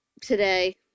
today